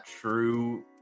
true